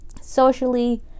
socially